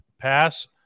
pass